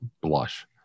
blush